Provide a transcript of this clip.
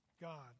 God